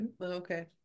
Okay